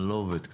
אני לא עובד כך.